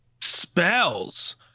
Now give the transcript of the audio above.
Spells